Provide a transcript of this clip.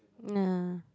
ah